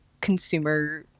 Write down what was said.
consumer